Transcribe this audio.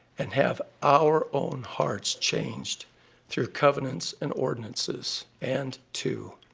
and have our own hearts changed through covenants and ordinances and to